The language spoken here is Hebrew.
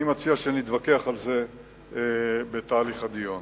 אני מציע שנתווכח על זה בתהליך הדיון.